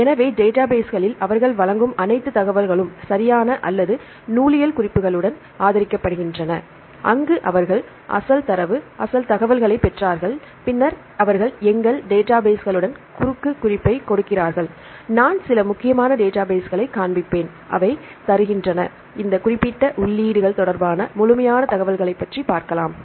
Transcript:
எனவே டேட்டாபேஸ்களில் அவர்கள் வழங்கும் அனைத்து தகவல்களும் சரியான அல்லது நூலியல் குறிப்புகளுடன் ஆதரிக்கப்படுகின்றன அங்கு அவர்கள் அசல் தரவு அசல் தகவல்களைப் பெற்றார்கள் பின்னர் அவர்கள் எங்கள் டேட்டாபேஸ்களுடன் குறுக்கு குறிப்பைக் கொடுக்கிறார்கள் நான் சில முக்கியமான டேட்டாபேஸ்களைக் காண்பிப்பேன் அவை தருகின்றன இந்த குறிப்பிட்ட உள்ளீடுகள் தொடர்பான முழுமையான தகவல்களைப் பற்றி பார்க்கலாம்